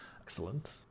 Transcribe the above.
Excellent